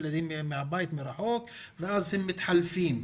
ילדים ילמדו מרחוק בבית ואז הם מתחלפים.